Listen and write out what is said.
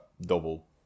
double